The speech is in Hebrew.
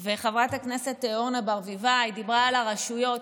חברת הכנסת אורנה ברביבאי דיברה על הרשויות.